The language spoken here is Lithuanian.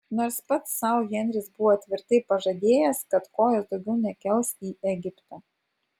nors pats sau henris buvo tvirtai pažadėjęs kad kojos daugiau nekels į egiptą